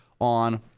on